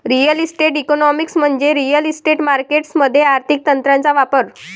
real estate economics म्हणजे real estate markets मध्ये आर्थिक तंत्रांचा वापर